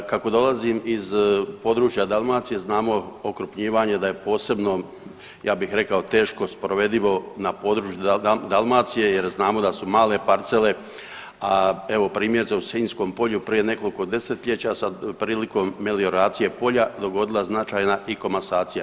Kako dolazim iz područja Dalmacije znamo okrupnjivanje da je posebno ja bih rekao teško sprovedivo na području Dalmacije jer znamo da su male parcele, a evo primjerice u Sinjskom Polju prije nekoliko 10-ljeća se prilikom melioracije polja dogodila značajna i komasacija.